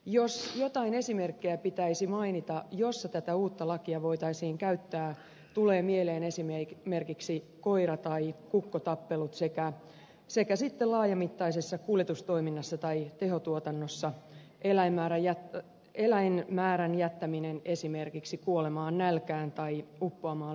jos pitäisi mainita joitakin esimerkkejä joissa tätä uutta lakia voitaisiin käyttää tulevat mieleen esimerkiksi koira tai kukkotappelut sekä sitten laajamittaisessa kuljetustoiminnassa tai tehotuotannossa eläinmäärän jättäminen esimerkiksi kuolemaan nälkään tai uppoamaan lietteeseen